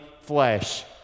flesh